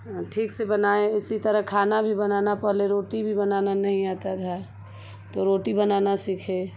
ठीक से बनाए उसी तरह खाना भी बनाना पहले रोटी भी बनानी नहीं आती थी तो रोटी बनाना सीखे